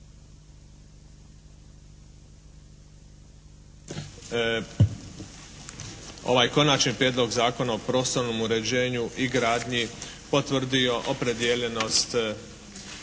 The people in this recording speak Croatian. Konačni prijedlog Zakona o prostornom uređenju i gradnji, drugo čitanje.